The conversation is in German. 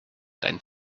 dein